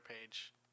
page